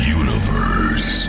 universe